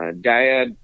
dad